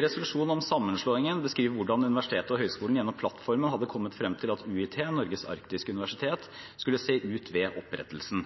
resolusjon om sammenslåingen beskriver hvordan universitetet og høyskolen gjennom plattformen hadde kommet frem til at UiT – Norges arktiske universitet skulle se ut ved opprettelsen.